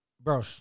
Bro